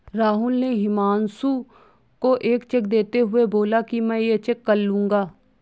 राहुल ने हुमांशु को एक चेक देते हुए बोला कि मैं ये चेक कल लूँगा